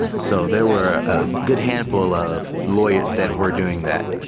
so there were a good handful of laureates that were doing that,